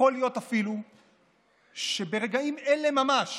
ויכול להיות אפילו שברגעים אלה ממש